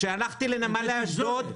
כשהלכתי לנמל אשדוד,